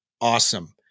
awesome